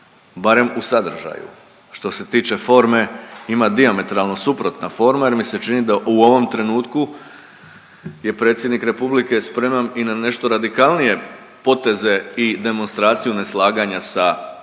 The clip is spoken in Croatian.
barem u sadržaju, što se tiče forme ima dijametralno suprotna forma jer mi se čini da u ovom trenutku je Predsjednik Republike spreman i na nešto radikalnije poteze i demonstracije neslaganja sa politikom